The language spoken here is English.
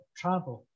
travel